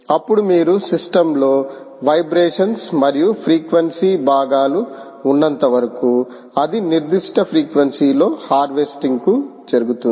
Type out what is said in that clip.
అప్పుడు మీరు సిస్టమ్ లో వైబ్రేషన్స్ మరియు ఈ ఫ్రీక్వెన్సీ భాగాలు ఉన్నంతవరకు అది నిర్దిష్ట ఫ్రీక్వెన్సీ లో హార్వెస్టింగ్ కు జరుగుతుంది